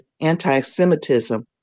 anti-Semitism